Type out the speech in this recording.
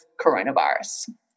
coronavirus